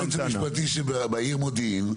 אומר היועץ המשפטי שבעיר מודיעין,